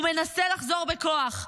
הוא מנסה לחזור בכוח.